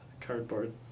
cardboard